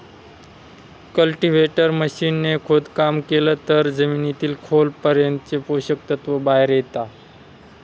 cultivator machine ने खोदकाम केलं तर जमिनीतील खोल पर्यंतचे पोषक तत्व बाहेर येता